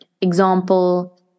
example